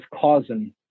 causing